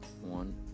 One